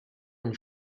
une